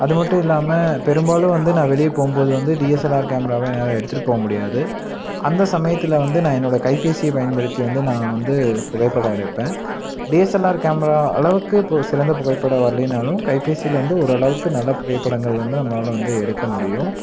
அது மட்டும் இல்லாமல் பெரும்பாலும் வந்து நான் வெளிய போகும்போது வந்து டிஎஸ்எல்ஆர் கேமராவை என்னால் எடுத்துட்டு போக முடியாது அந்த சமயத்தில் வந்து நான் என்னோட கைப்பேசியை பயன்படுத்தி வந்து நான் வந்து புகைப்படம் எடுப்பேன் டிஎஸ்எல்ஆர் கேமரா அளவுக்கு இப்போது சிறந்த புகைப்படம் வரலைனாலும் கைபேசியில வந்து ஓரளவுக்கு நல்லா புகைப்படங்கள் வந்து நம்மளால் வந்து எடுக்க முடியும்